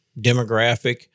demographic